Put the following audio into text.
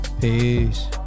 Peace